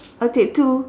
I'll take two